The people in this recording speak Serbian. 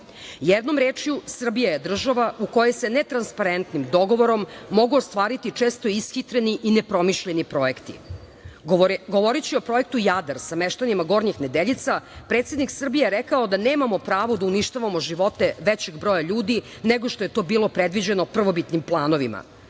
Jednom rečju, Srbija je država u kojoj se netransparentnim dogovorom mogu ostvariti često ishitreni i nepromišljeni projekti. Govoreći o Projektu „Jadar“ sa meštanima Gornjih Nedeljica, predsednik Srbije je rekao da nemamo pravo da uništavamo živote većeg broja ljudi nego što je to bilo predviđeno prvobitnim planovima,